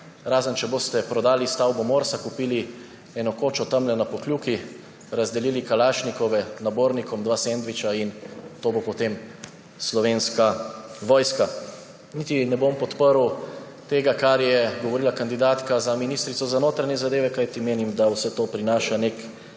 Razen če boste prodali stavbo Morsa, kupili eno kočo tamle na Pokljuki, razdelili kalašnikove, dva sendviča nabornikom in bo to potem slovenska vojska. Niti ne bom podprl tega, kar je govorila kandidatka za ministrico za notranje zadeve, kajti menim, da vse to prinaša nek